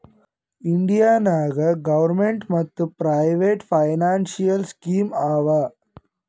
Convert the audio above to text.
India ನಾಗ್ government ಮತ್ private financial scheme ಆವಾ